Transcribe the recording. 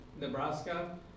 Nebraska